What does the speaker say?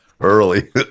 early